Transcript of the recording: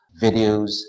videos